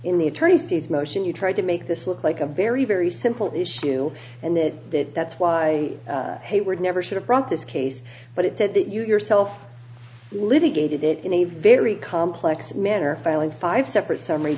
in the attorney's fees motion you tried to make this look like a very very simple issue and that that's why they were never should have brought this case but it said that you yourself litigated it in a very complex manner of filing five separate summary